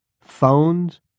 phones